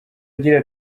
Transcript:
agira